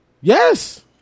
Yes